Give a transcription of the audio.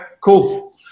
cool